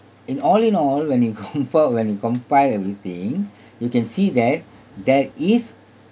in all in all when you confirm when you compile everything you can see that there is